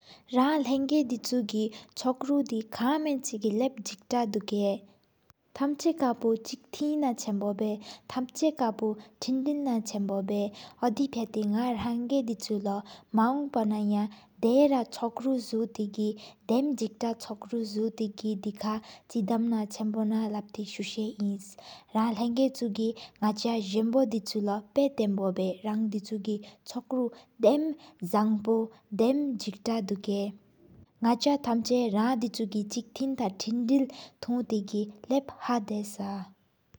རང་ལེང་དི་ཆུ་གི་ཆོག་རུ་དི་ཁ་མེན་ཆེ། གི་ལབ་ཏེ་གཟིགས་ཏ་དུ་ཀ་ཐམ་ཆ་ཀློག་བཞིན་འཁོར་དང་། ལོ་ཆང་བོ་བརལ་ཐམ་ཚ་གངས་པོ་བསྟིན་དིལ་ན། ཆང་བོ་བརལ་སྐྱེད་སྦྱིང་དབྱར་ཨདི་ནག་ལོ་དི་ཆུ་ལོ། མང་པོ་ནང་དེས་ར་ཆོག་རུ་འཚོད་གི་དེམ། གཟིགས་ཏ་ཆོག་རུ་འཚོད་གི་ཆེ་དམ་ན་ཆེན་བོ་ནང་། སུ་གསུངས་ཨིན་རང་ལེང་དི་ཆུ་གི་ཡང་ཟེན་ལོ་ཆུ་ལོ། པལ་ཐེམ་བོ་ཨིན་བལ་རང་དི་ཆུ་གི་ཆོག་རུ། དེམ་བཟང་པོ་དེམ་གཟིགས་ཏ་དུ་ཀ། ནག་ཆ་ཐམ་ཆ་རང་དི་ཆུ་གི་བཅུར་ཚད་དེ་གཏོངས། བསྟིན་དིལ་ཐུ་དེ་གི་ལབ་ཧ་དེ་ས།